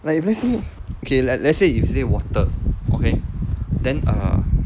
like if let's say okay like let's say if you say water okay then err